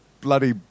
bloody